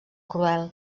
cruel